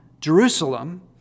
Jerusalem